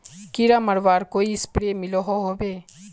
कीड़ा मरवार कोई स्प्रे मिलोहो होबे?